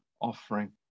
offering